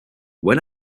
when